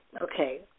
okay